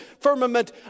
firmament